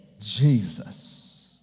Jesus